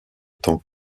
tant